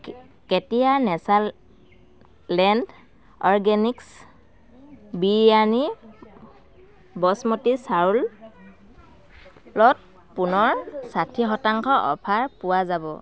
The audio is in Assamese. কেতিয়া নেচাৰ লেণ্ড অৰগেনিক্ছ বিৰিয়ানীৰ বাচমতী চাউলত পুনৰ ষাঠি শতাংশ অ'ফাৰ পোৱা যাব